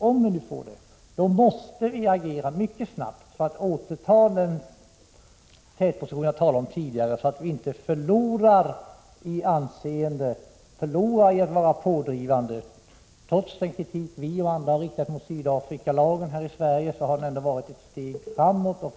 Om vi nu skulle få sådana, måste vi agera mycket snabbt för att återta den tätposition som jag tidigare talade om, så att vi inte förlorar det anseende vi fått genom att vara pådrivande. Trots den kritik som vi och andra riktat mot Sydafrikalagen här i Sverige, har den ändå varit ett steg framåt.